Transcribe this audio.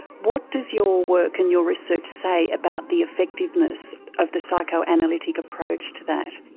what does your work and your research say about the effectiveness of the psychoanalytic approach to that?